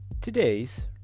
Today's